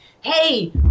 hey